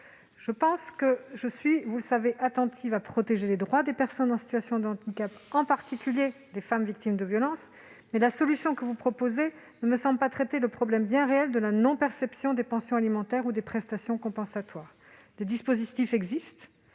combien je suis attentive à protéger les droits des personnes en situation de handicap et, en particulier, des femmes victimes de violence, mais la solution que vous proposez ne me semble pas traiter le problème bien réel de la non-perception des pensions alimentaires ou des prestations compensatoires. Des dispositifs existent